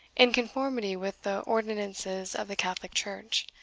in conformity with the ordinances of the catholic church,